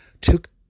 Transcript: took